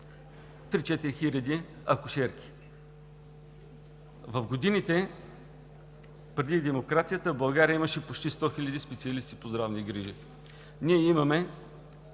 хиляди. В годините преди демокрацията, в България имаше почти 100 хиляди специалисти по здравни грижи. Ние имаме